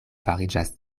fariĝas